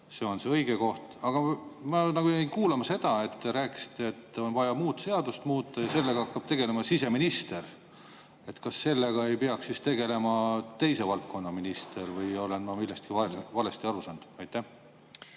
see on õige koht. Aga ma jäin kuulama seda, te rääkisite, et on vaja teist seadust muuta, ja sellega hakkab tegelema siseminister. Kas sellega ei peaks tegelema teise valdkonna minister? Kas ma olen millestki valesti aru saanud? Aitäh!